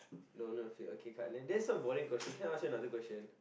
no no don't feet that not voiding question can I ask you another question